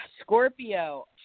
Scorpio